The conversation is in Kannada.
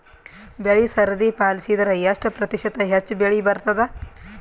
ಬೆಳಿ ಸರದಿ ಪಾಲಸಿದರ ಎಷ್ಟ ಪ್ರತಿಶತ ಹೆಚ್ಚ ಬೆಳಿ ಬರತದ?